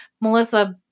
Melissa